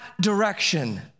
direction